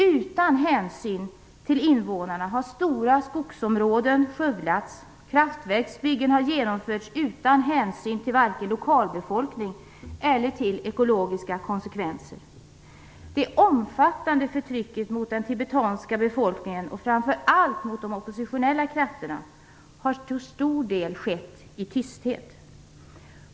Utan hänsyn till invånarna har stora skogsområden skövlats, och kraftverksbyggen har genomförts utan hänsyn till vare sig lokalbefolkning eller ekologiska konsekvenser. Det omfattande förtrycket mot den tibetanska befolkningen, framför allt mot de oppositionella krafterna, har till stor del skett i tysthet.